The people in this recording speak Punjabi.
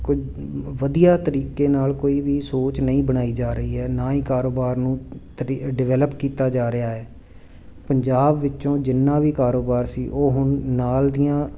ਕੋਈ ਵਧੀਆ ਤਰੀਕੇ ਨਾਲ ਕੋਈ ਵੀ ਸੋਚ ਨਹੀਂ ਬਣਾਈ ਜਾ ਰਹੀ ਹੈ ਨਾ ਹੀ ਕਾਰੋਬਾਰ ਨੂੰ ਤਰੀ ਡਿਵੈਲਪ ਕੀਤਾ ਜਾ ਰਿਹਾ ਹੈ ਪੰਜਾਬ ਵਿੱਚੋਂ ਜਿੰਨਾ ਵੀ ਕਾਰੋਬਾਰ ਸੀ ਉਹ ਹੁਣ ਨਾਲ ਦੀਆਂ